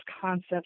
concepts